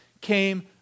came